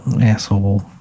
Asshole